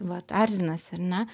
vat erzinasi ar ne